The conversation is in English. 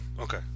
Okay